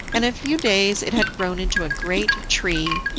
and in few days it had grown into a great tree.